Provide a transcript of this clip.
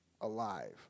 alive